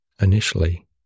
Initially